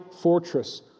fortress